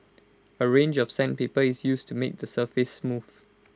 A range of sandpaper is used to make the surface smooth